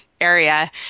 Area